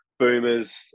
boomers